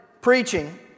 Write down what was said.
preaching